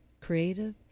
creative